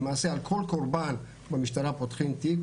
למעשה על כל קורבן במשטרה פותחים תיקים,